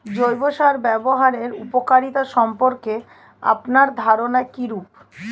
জৈব সার ব্যাবহারের উপকারিতা সম্পর্কে আপনার ধারনা কীরূপ?